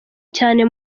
cyane